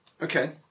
Okay